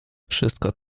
wszystko